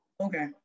Okay